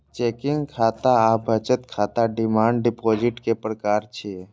checking खाता आ बचत खाता डिमांड डिपोजिट के प्रकार छियै